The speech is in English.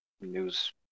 news